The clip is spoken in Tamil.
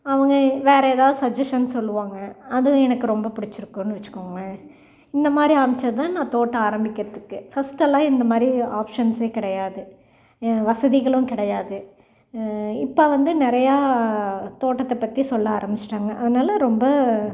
அவங்க வேற ஏதாச்சும் சஜஷன் சொல்லுவாங்க அதுவும் எனக்கு ரொம்ப பிடிச்சி இருக்குனு வச்சிக்கோங்களேன் இந்த மாதிரி ஆரம்மிச்சது தான் நான் தோட்டம் ஆரம்மிக்கிறதுக்கு ஃபஸ்ட்டு எல்லாம் இந்த மாதிரி ஆப்ஷன்ஸே கிடையாது வசதிகளும் கிடையாது இப்போ வந்து நிறையா தோட்டத்தை பற்றி சொல்ல ஆரம்மிச்சிடாங்க அதனால் ரொம்ப